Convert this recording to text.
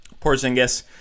Porzingis